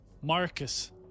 Marcus